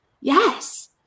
Yes